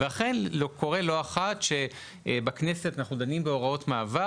ואכן קורה לא אחת שבכנסת אנחנו דנים בהוראות מעבר